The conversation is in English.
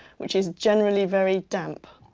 which is generally very damp.